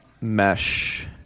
mesh